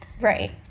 Right